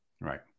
Right